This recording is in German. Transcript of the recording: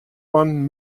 man